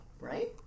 Right